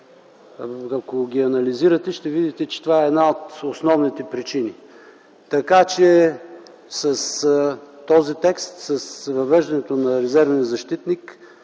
ако ги анализирате, са едни от основните причини. Така че с този текст, с въвеждането на резервния защитник